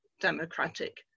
democratic